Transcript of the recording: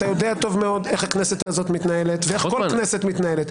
שאתה יודע טוב מאוד איך הכנסת הזאת מתנהלת ואיך כל כנסת מתנהלת.